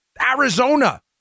Arizona